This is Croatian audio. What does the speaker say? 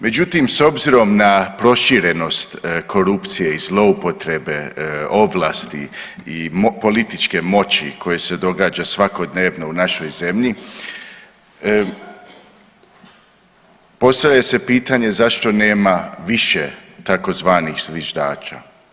Međutim, s obzirom na proširenost korupcije i zloupotrebe ovlasti i političke moći koja se događa svakodnevno u našoj zemlji postavlja se pitanje zašto nema više tzv. zviždača.